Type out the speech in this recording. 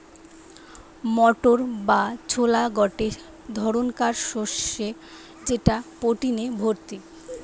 motor বা ছোলা গটে ধরণকার শস্য যেটা প্রটিনে ভর্তি